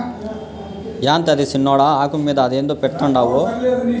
యాందది సిన్నోడా, ఆకు మీద అదేందో పెడ్తండావు